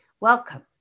Welcome